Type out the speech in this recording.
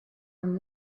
when